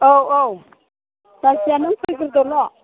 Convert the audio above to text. औ औ जायखिया नों फैग्रोदोल'